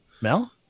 Mel